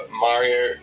Mario